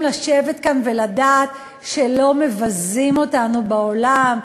לשבת כאן ולדעת שלא מבזים אותנו בעולם,